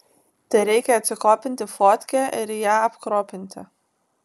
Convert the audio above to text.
tereikia atsikopinti fotkę ir ją apkropinti